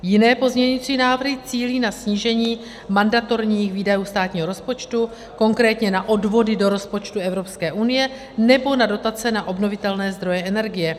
Jiné pozměňující návrhy cílí na snížení mandatorních výdajů státního rozpočtu, konkrétně na odvody do rozpočtu EU nebo na dotace na obnovitelné zdroje energie.